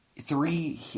three